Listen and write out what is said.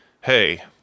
Hey